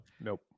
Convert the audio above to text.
nope